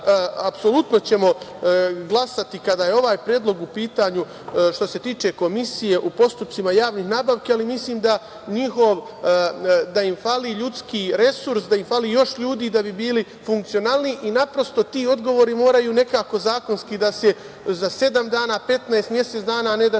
apsolutno ćemo glasati kada je ovaj predlog u pitanju, što se tiče Komisije u postupcima javnih nabavki, ali mislim da im fali ljudski resurs, da im fali još ljudi da bi bili funkcionalniji, naprosto ti odgovori moraju nekako zakonski da se za sedam dana, 15, mesec dana, a ne da